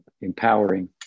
empowering